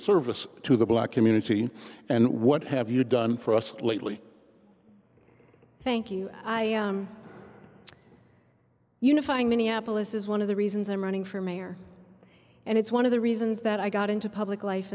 service to the black community and what have you done for us lately thank you i am unifying minneapolis is one of the reasons i'm running for mayor and it's one of the reasons that i got into public life